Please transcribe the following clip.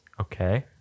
Okay